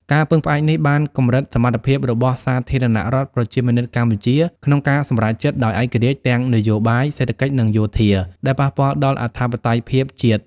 ការពឹងផ្អែកនេះបានកម្រិតសមត្ថភាពរបស់សាធារណរដ្ឋប្រជាមានិតកម្ពុជា ក្នុងការសម្រេចចិត្តដោយឯករាជ្យទាំងនយោបាយ សេដ្ឋកិច្ច និងយោធា ដែលប៉ះពាល់ដល់អធិបតេយ្យភាពជាតិ។